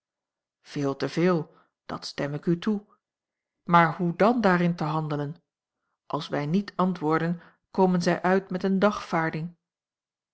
veel te veel dat stem ik u toe maar hoe dan daarin te handelen als wij niet antwoorden komen zij uit met eene dagvaarding